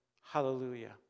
Hallelujah